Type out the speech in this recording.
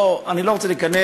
בוא, אני לא רוצה להיכנס,